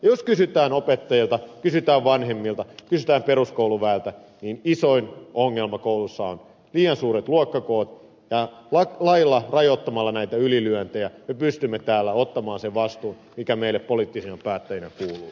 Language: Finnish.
jos kysytään opettajilta kysytään vanhemmilta kysytään peruskouluväeltä niin isoin ongelma kouluissa on liian suuret luokkakoot ja lailla rajoittamalla näitä ylilyöntejä me pystymme täällä ottamaan sen vastuun mikä meille poliittisina päättäjinä kuuluu